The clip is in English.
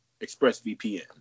ExpressVPN